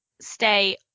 stay